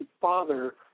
father